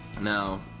Now